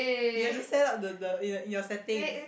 you have to set up the the in in your settings